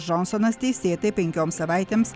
džonsonas teisėtai penkioms savaitėms